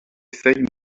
feuilles